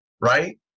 right